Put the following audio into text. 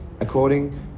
according